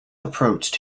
approached